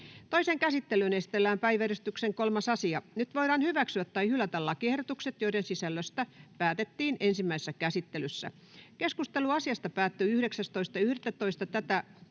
Toiseen käsittelyyn esitellään päiväjärjestyksen 4. asia. Nyt voidaan hyväksyä tai hylätä lakiehdotukset, joiden sisällöstä päätettiin ensimmäisessä käsittelyssä. Keskustelu asiasta päättyi 19.11.2024 pidetyssä